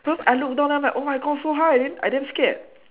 cause I look down then I was like oh my gosh so high then I damn scared